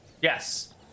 Yes